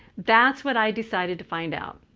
that's what i decided to find out.